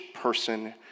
person